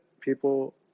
people